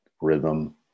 rhythm